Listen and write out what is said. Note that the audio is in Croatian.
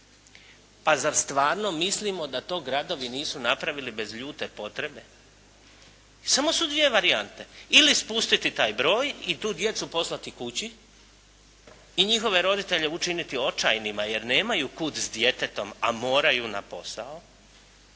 Pa zar stvarno mislimo da to gradovi nisu napravili bez ljute potrebe? Samo su dvije varijante. Ili spustiti taj broj i tu djecu poslati kući i njihove roditelje učiniti očajnima jer nemaju kud s djetetom, a moraju na posao.